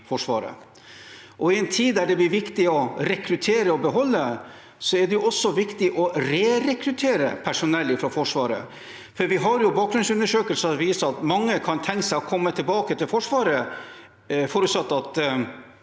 I en tid der det blir viktig å rekruttere og beholde, er det også viktig å rerekruttere personell fra Forsvaret, for vi har jo bakgrunnsundersøkelser som viser at mange kan tenke seg å komme tilbake til Forsvaret